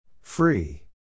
Free